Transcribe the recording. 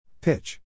Pitch